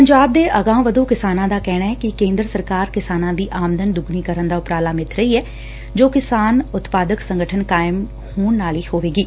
ਪੰਜਾਬ ਦੇ ਅਗਾਂਹਵਧੁ ਕਿਸਾਨਾਂ ਦਾ ਕਹਿਣੈ ਕਿ ਕੇਂਦਰ ਸਰਕਾਰ ਕਿਸਾਨਾਂ ਦੀ ਆਮਦਨ ਦੁੱਗਣੀ ਕਰਨ ਦਾ ਉਪਰਾਲਾ ਮਿੱਬ ਰਹੀ ਐ ਜੋ ਕਿਸਾਨ ਉਤਪਾਦਕ ਸੰਗਠਨ ਕਾਇਮ ਹੋਣ ਨਾਲ ਹੀ ਹੋਵੇਗੀ